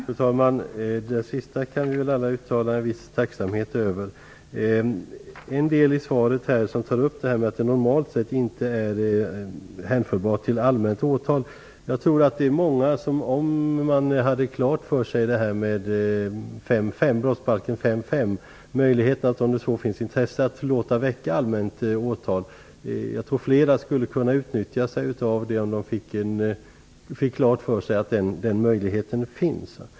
Fru talman! Det sistnämnda kan vi väl alla uttala en viss tacksamhet över. En del i svaret tar upp att det normalt sett inte är hänförbart till allmänt åtal. Jag tror att det vid intresse skulle vara många fler som, om de hade innebörden i brottsbalken 5 kap. 3 § klar för sig, skulle utnyttja möjligheten att väcka allmänt åtal.